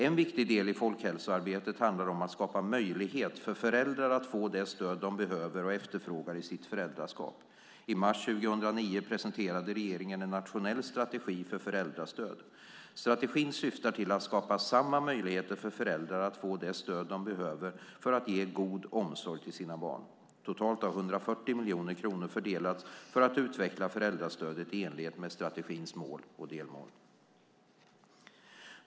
En viktig del i folkhälsoarbetet handlar om att skapa möjlighet för föräldrar att få det stöd de behöver och efterfrågar i sitt föräldraskap. I mars 2009 presenterade regeringen en nationell strategi för föräldrastöd. Strategin syftar till att skapa samma möjligheter för föräldrar att få det stöd de behöver för att ge god omsorg till sina barn. Totalt har 140 miljoner kronor fördelats för att utveckla föräldrastödet i enlighet med strategins mål och delmål.